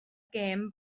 gêm